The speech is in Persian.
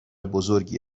بزرگی